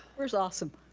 where's awesome?